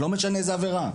לא משנה איזה עבירה.